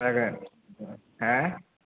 खोनादों हा